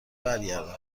برگردم